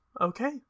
Okay